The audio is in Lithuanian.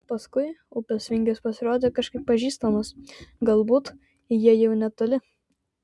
paskui upės vingis pasirodė kažkaip pažįstamas galbūt jie jau netoli